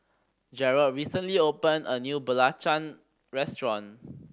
Gearld recently opened a new belacan restaurant